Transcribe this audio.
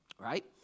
right